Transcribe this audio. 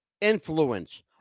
influence